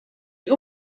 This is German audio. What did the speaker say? die